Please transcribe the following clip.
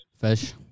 Fish